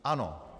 Ano.